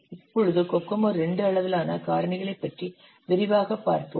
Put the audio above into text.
இப்பொழுது கோகோமோ II அளவிலான காரணிகளைப் பற்றி விரைவாகப் பார்ப்போம்